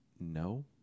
No